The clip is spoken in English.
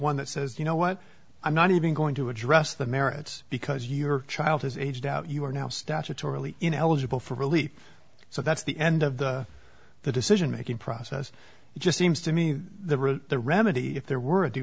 one that says you know what i'm not even going to address the merits because your child has aged out you are now statutorily ineligible for release so that's the end of the decision making process it just seems to me the route the remedy if there were a due